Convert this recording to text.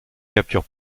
capture